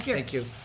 you. thank you,